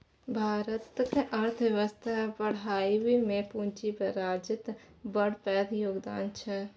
भारतक अर्थबेबस्था बढ़ाबइ मे पूंजी बजारक बड़ पैघ योगदान छै